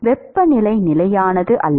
வெப்பநிலை நிலையானது அல்ல